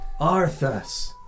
Arthas